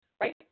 right